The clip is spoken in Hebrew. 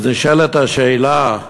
אז נשאלת השאלה,